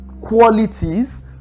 qualities